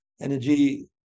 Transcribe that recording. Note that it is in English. Energy